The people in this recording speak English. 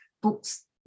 books